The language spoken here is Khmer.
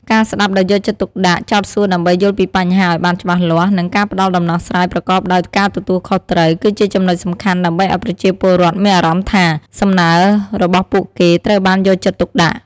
ការស្តាប់ដោយយកចិត្តទុកដាក់ ចោទសួរដើម្បីយល់ពីបញ្ហាឱ្យបានច្បាស់លាស់ និងការផ្តល់ដំណោះស្រាយប្រកបដោយការទទួលខុសត្រូវ គឺជាចំណុចសំខាន់ដើម្បីឱ្យប្រជាពលរដ្ឋមានអារម្មណ៍ថា សំណើរបស់ពួកគេត្រូវបានយកចិត្តទុកដាក់។